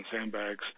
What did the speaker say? sandbags